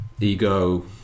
ego